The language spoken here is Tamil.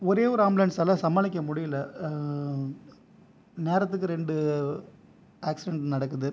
ஒரே ஒரு ஆம்புலன்ஸாலே சமாளிக்க முடியலை நேரத்துக்கு ரெண்டு ஆக்சிடென்ட் நடக்குது